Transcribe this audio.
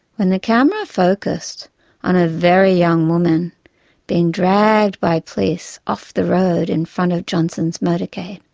when the camera focused on a very young woman being dragged by police off the road in front of johnson's motorcade,